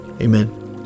amen